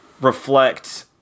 reflect